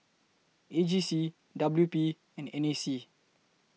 A G C W P and N A C